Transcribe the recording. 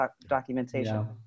documentation